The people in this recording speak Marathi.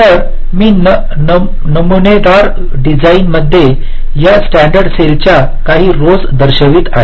तर मी नमुनेदार डिझाइन मध्ये या स्टॅण्डर्ड सेलच्या काही रोज दर्शवित आहे